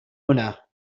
هنا